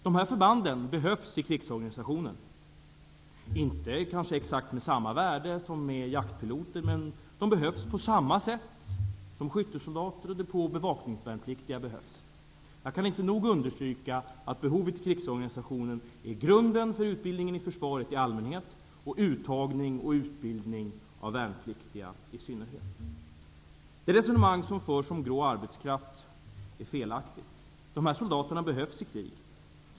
Dessa förband behövs i krigsorganisationen, kanske inte med samma angelägenhetsgrad som jaktpiloter, men de behövs på samma sätt som skyttesoldater och depåoch bevakningsvärnpliktiga behövs. Jag kan inte nog understryka att behovet i krigsorganisationen är grunden för utbildningen i försvaret i allmänhet och uttagning och utbildning av värnpliktiga i synnerhet. Det resonemang som förts om grå arbetskraft är felaktigt. Dessa soldater behövs i krig.